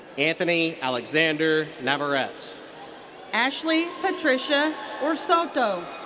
anthony alexander navarrete. ashley patricia osorto.